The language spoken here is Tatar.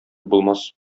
булмас